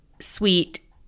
sweet